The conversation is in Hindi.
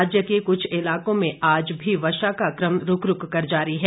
राज्य के कुछ इलाकों में आज भी वर्षा का कम रूक रूक कर जारी है